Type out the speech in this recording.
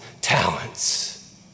talents